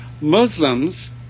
Muslims